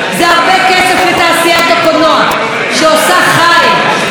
שעושה חיל לא רק בארץ אלא גם בעולם,